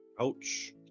Ouch